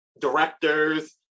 directors